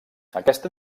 aquest